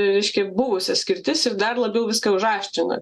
reiškia buvusias skirtis ir dar labiau viską užaštrina